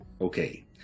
okay